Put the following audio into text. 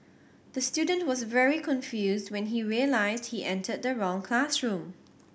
the student was very confused when he realised he entered the wrong classroom